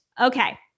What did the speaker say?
Okay